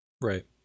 Right